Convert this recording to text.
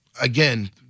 again